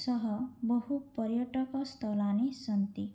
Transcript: सह बहुपर्यटकस्थलानि सन्ति